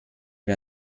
wir